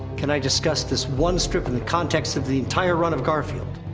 can i discuss this one strip in the context of the entire run of garfield?